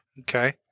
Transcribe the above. Okay